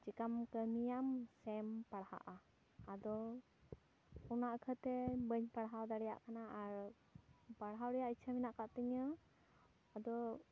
ᱪᱮᱠᱟᱢ ᱠᱟᱹᱢᱤᱭᱟᱢ ᱥᱮᱢ ᱯᱟᱲᱦᱟᱜᱼᱟ ᱟᱫᱚ ᱚᱱᱟ ᱟᱹᱠᱷᱟᱛᱮ ᱵᱟᱹᱧ ᱯᱟᱲᱦᱟᱣ ᱫᱟᱲᱮᱭᱟᱜ ᱠᱟᱱᱟ ᱟᱨ ᱯᱟᱲᱦᱟᱣ ᱨᱮᱭᱟᱜ ᱤᱪᱪᱷᱟᱹ ᱢᱮᱱᱟᱜ ᱟᱠᱟᱫ ᱛᱤᱧᱟᱹ ᱟᱫᱚ